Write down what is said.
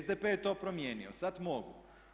SDP je to promijenio, sad mogu.